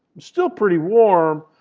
still pretty warm,